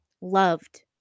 loved